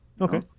Okay